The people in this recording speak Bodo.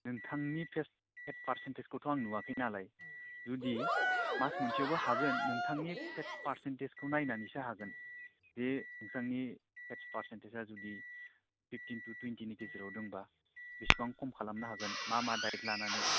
नोंथांनि फेट्स फेट्स फारसेनटेजखौथ' आं नुवाखै नालाय जुदि मास मोनसेआवबो हागोन नोंथांनि फेट्स फारसेनटेजखौ नायनानैसो हागोन बे नोंथांनि फेट्स फारसेनटेजआ जुदि फिफटिन थु थुइथिनि गेजेराव दंबा बेसेबां खम खालामनो हागोन मा मा डाइट लानानै